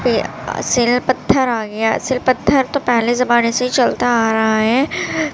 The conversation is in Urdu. سل پتھر آ گیا سل پتھر تو پہلے زمانے سے ہی چلتا آ رہا ہے